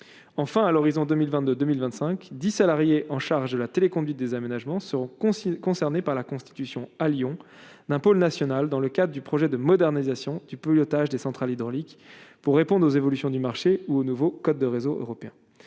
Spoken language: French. enfin à l'horizon 2022 2025 10 salariés en charge de la télé, conduite des aménagements sont concernés par la Constitution à Lyon d'un pôle national dans le cas du projet de modernisation, tu peux l'otage des centrales hydrauliques pour répondre aux évolutions du marché ou au nouveau code de réseaux européens,